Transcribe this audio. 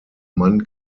mann